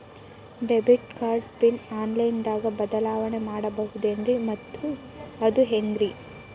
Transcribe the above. Debit card PIN online ದಾಗ ಬದಲಾವಣೆ ಮಾಡಬಹುದೇನ್ರಿ ಮತ್ತು ಅದು ಹೆಂಗ್ರಿ?